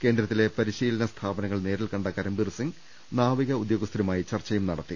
കേന്ദ്രത്തിലെ പരിശീ ലന സ്ഥാപനങ്ങൾ നേരിൽകണ്ട കരംബീർ സിംഗ് നാവിക ഉദ്യോഗസ്ഥരു മായി ചർച്ചയും നടത്തി